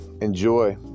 enjoy